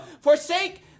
Forsake